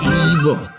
evil